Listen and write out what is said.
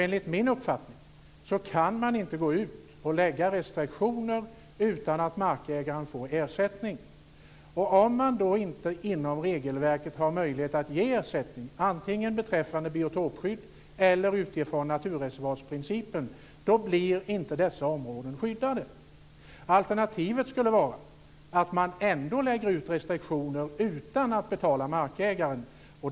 Enligt min uppfattning kan man inte gå ut och lägga restriktioner utan att markägaren får ersättning. Om man då inom regelverket inte har möjlighet att ge ersättning, antingen beträffande biotopskydd eller utifrån naturreservatsprincipen, blir inte dessa områden skyddade. Alternativet skulle vara att man ändå lägger ut restriktioner, utan att betala markägaren.